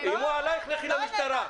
איימו עלייך לכי למשטרה.